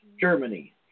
Germany